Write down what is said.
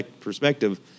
perspective